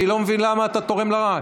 אני לא מבין למה אתה תורם לרעש.